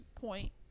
point